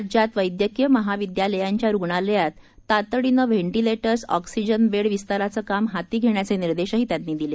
राज्यात वैद्यकीय महाविद्यालयांच्या रुग्णालयात तातडीने व्हेंटीलेटर्स ऑक्सिजन बेड विस्ताराचे काम हाती घेण्याचे निर्देशही त्यांनी दिले